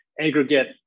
aggregate